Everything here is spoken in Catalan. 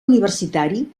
universitari